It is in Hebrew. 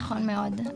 נכון מאוד.